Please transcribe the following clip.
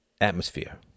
atmosphere